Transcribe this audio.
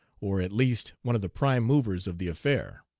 or, at least, one of the prime movers of the affair.